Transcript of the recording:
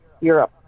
europe